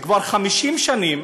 כבר 50 שנים